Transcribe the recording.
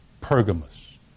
Pergamos